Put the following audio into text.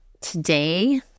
today